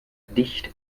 dicht